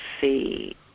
see